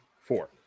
four